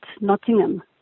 Nottingham